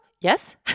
Yes